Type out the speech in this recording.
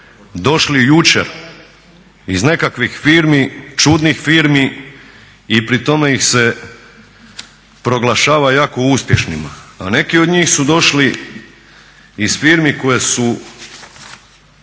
došli jučer iz nekakvih čudnih firmi i pri tome ih se proglašava jako uspješnima. A neki od njih su došli iz firmi koje su